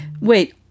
wait